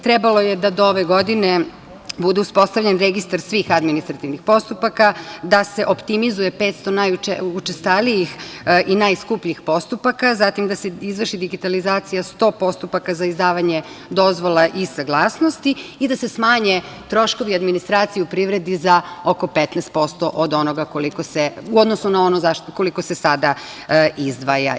Trebalo je da do ove godine bude uspostavljen registar svih administrativnih postupaka, da se optimizuje 500 najučestalijih i najskupljih postupaka, zatim, da se izvrši digitalizacija 100 postupaka za izdavanje dozvola i saglasnosti i da se smanje troškovi administracije u privredi za oko 15% u odnosu na ono koliko se sada izdvaja.